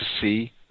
see